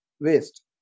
waste